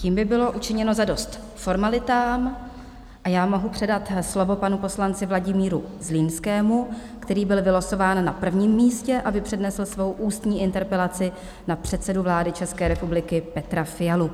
Tím by bylo učiněno zadost formalitám a já mohu předat slovo panu poslanci Vladimíru Zlínskému, který byl vylosován na prvním místě, aby přednesl svou ústní interpelaci na předsedu vlády České republiky Petra Fialu.